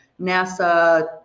NASA